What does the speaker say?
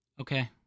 Okay